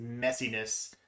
messiness